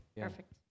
Perfect